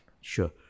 Sure